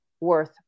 worth